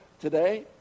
today